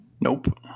Nope